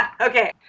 Okay